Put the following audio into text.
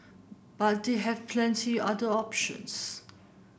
but they have plenty other options